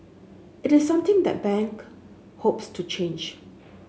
it is something that bank hopes to change